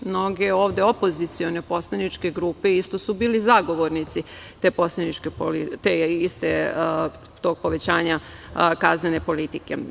Mnoge ovde opozicione poslaničke grupe isto su bili zagovornici tog povećanja kaznene politike.